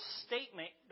statement